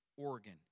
Oregon